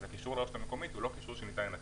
אז הקישור לרשות המקומית הוא לא קישור שניתן לנתק.